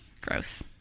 gross